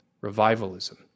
revivalism